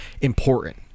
important